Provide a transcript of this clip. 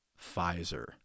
Pfizer